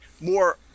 more